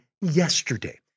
yesterday